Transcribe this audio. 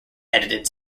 edited